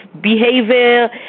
behavior